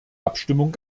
abstimmung